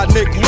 Nick